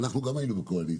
אנחנו גם היינו בקואליציה,